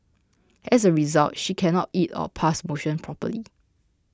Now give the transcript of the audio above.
as a result she cannot eat or pass motion properly